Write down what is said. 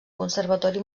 conservatori